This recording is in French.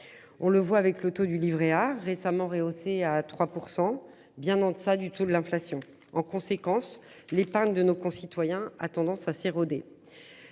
On le voit avec le taux du Livret A, récemment rehaussé à 3% bien en-deçà du tout de l'inflation en conséquence l'épargne de nos concitoyens a tendance à s'éroder.